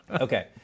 Okay